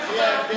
נקודה.